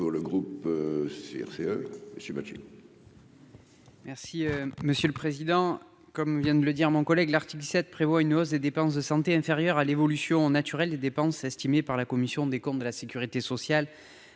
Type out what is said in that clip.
le groupe CRCE Monsieur Mathieu. Merci monsieur le président, comme vient de le dire, mon collègue, l'article 7 prévoit une hausse des dépenses de santé inférieur à l'évolution naturelle des dépenses estimées par la commission des comptes de la Sécurité sociale